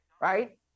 Right